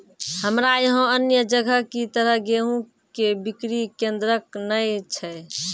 हमरा यहाँ अन्य जगह की तरह गेहूँ के बिक्री केन्द्रऽक नैय छैय?